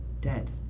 Dead